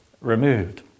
removed